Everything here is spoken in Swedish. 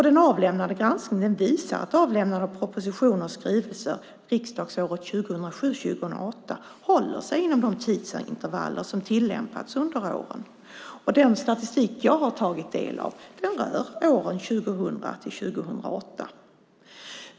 Den gjorda granskningen visar att avlämnandet av propositioner och skrivelser riksdagsåret 2007/08 håller sig inom de tidsintervaller som tillämpats under åren. Den statistik jag har tagit del av rör åren 2000-2008.